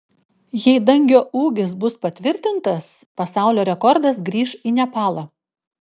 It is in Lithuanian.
jei dangio ūgis bus patvirtintas pasaulio rekordas grįš į nepalą